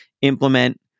implement